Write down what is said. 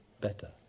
better